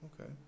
Okay